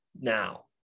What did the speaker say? Now